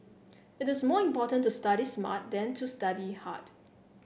it is more important to study smart than to study hard